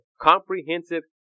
comprehensive